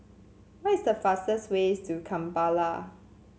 what is the fastest way to Kampala